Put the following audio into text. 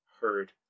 heard